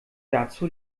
dazu